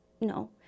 No